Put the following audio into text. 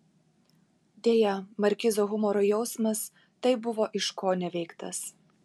deja markizo humoro jausmas taip buvo iškoneveiktas